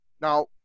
Now